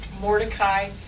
Mordecai